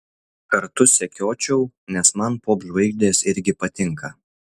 kartu sekiočiau nes man popžvaigždės irgi patinka